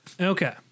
Okay